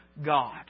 God